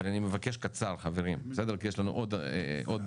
אבל אני מבקש קצר חברים כי יש לנו עוד אנשים.